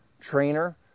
trainer